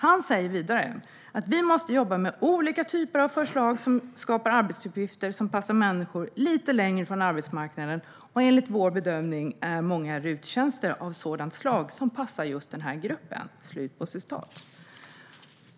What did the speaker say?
Han säger vidare: Vi måste jobba med olika typer av förslag som skapar arbetsuppgifter som passar människor lite längre ifrån arbetsmarknaden, och enligt vår bedömning är många RUT-tjänster av sådant slag som passar just den här gruppen.